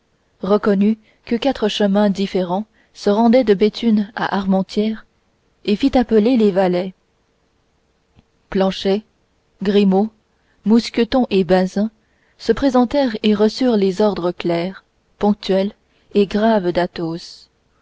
reconnut que quatre chemins différents se rendaient de béthune à armentières et fit appeler les valets planchet grimaud mousqueton et bazin se présentèrent et reçurent les ordres clairs ponctuels et graves d'athos